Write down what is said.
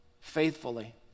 faithfully